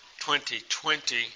2020